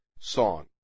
song